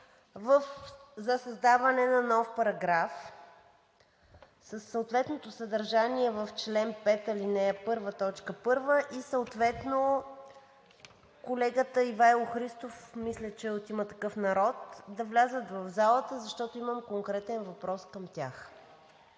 за създаване на нов параграф със съответното съдържание в чл. 5, ал. 1, т. 1 и съответно колегата Ивайло Христов, мисля че е от „Има такъв народ“, да влязат в залата, защото имам конкретен въпрос към тях.